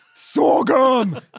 Sorghum